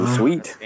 sweet